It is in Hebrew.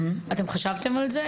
אתם חשבת על זה?